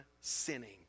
sinning